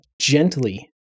gently